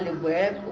with